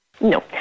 No